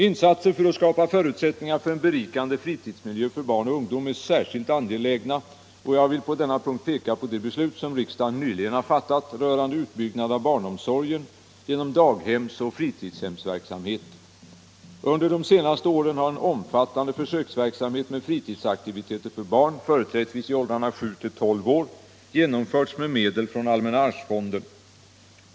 Insatser för att skapa förutsättningar för en berikande fritidsmiljö för barn och ungdom är särskilt angelägna, och jag vill på denna punkt peka på det beslut som riksdagen nyligen har fattat rörande utbyggnad av barnomsorgen genom daghemsoch fritidsverksamhet. Under de senaste åren har en omfattande försöksverksamhet med fritidsaktiviteter för barn, företrädesvis i åldrarna 7-12 år, genomförts med medel från allmänna arvsfonden.